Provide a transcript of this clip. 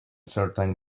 certain